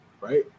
right